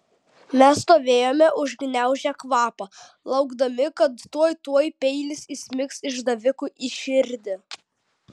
mes stovėjome užgniaužę kvapą laukdami kad tuoj tuoj peilis įsmigs išdavikui į širdį